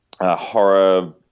horror